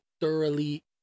thoroughly